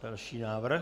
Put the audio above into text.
Další návrh.